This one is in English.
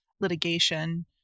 litigation